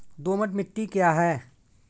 दोमट मिट्टी क्या है?